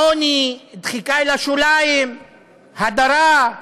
עוני, דחיקה אל השוליים, הדרה,